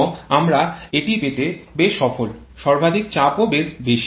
এবং আমরা এটি পেতে বেশ সফল সর্বাধিক চাপও বেশ বেশি